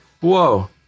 Whoa